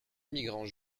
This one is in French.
immigrants